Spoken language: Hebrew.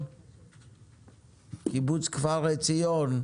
קיבוץ כפר עציון,